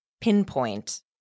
pinpoint